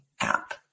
app